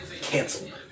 canceled